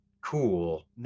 cool